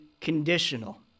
conditional